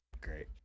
Great